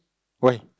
why